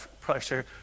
pressure